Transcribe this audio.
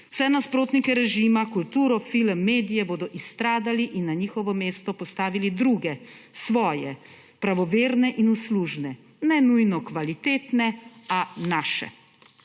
Vse nasprotnike režima, kulturo, film, medije bodo izstradali in na njihovo mesto postavili druge, svoje, pravoverne in uslužne, ne nujno kvalitetne, a naše.